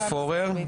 פורר,